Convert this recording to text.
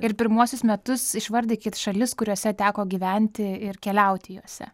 ir pirmuosius metus išvardykit šalis kuriose teko gyventi ir keliauti jose